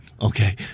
Okay